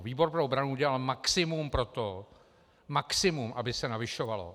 Výbor pro obranu udělal maximum pro to maximum , aby se navyšovalo.